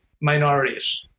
minorities